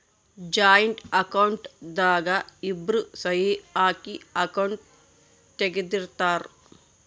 joint account ದಾಗ ಇಬ್ರು ಸಹಿ ಹಾಕಿ ಅಕೌಂಟ್ ತೆಗ್ದಿರ್ತರ್